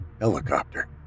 helicopter